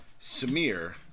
Samir